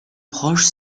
proches